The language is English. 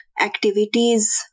activities